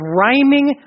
rhyming